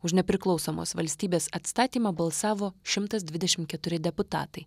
už nepriklausomos valstybės atstatymą balsavo šimtas dvidešimt keturi deputatai